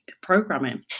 programming